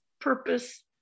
purpose